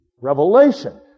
Revelation